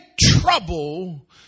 trouble